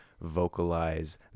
vocalize